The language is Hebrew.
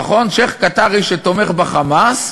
נכון, שיח' קטארי שתומך ב"חמאס",